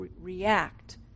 react